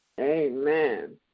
Amen